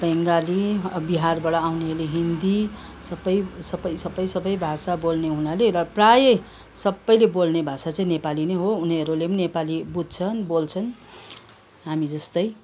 बङ्गाली बिहारबाट आउनेले हिन्दी सबै सबै सबै सबै भाषा बोल्ने हुनाले र प्रायैः सबैले बोल्ने भाषा चाहिँ नेपाली नै हो उनीहरूले पनि नेपाली बुझ्छन् बोल्छन् हामी जस्तै